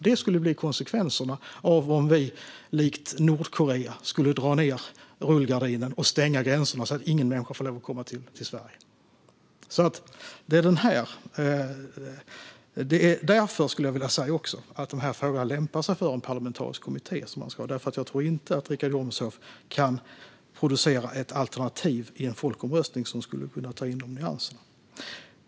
Detta skulle bli konsekvenserna om vi, likt Nordkorea, skulle dra ned rullgardinen, stänga gränserna och säga att ingen människa får lov att komma till Sverige. Det är därför dessa frågor lämpar sig för en parlamentarisk kommitté. Jag tror inte att Richard Jomshof kan producera ett alternativ i en folkomröstning som skulle kunna ta in dessa nyanser.